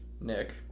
Nick